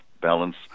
balance